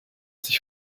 sich